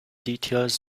details